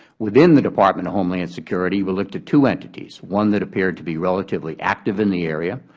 within the department of homeland security, we looked at two entities, one that appeared to be relatively active in the area,